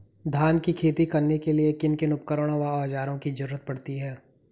धान की खेती करने के लिए किन किन उपकरणों व औज़ारों की जरूरत पड़ती है?